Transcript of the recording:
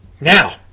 Now